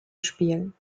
spielen